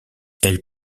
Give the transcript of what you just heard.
elle